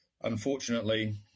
unfortunately